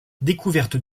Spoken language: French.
découverte